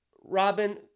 Robin